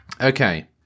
Okay